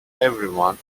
everyone